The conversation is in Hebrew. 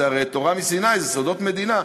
זה הרי תורה מסיני, זה סודות מדינה.